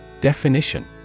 Definition